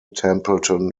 templeton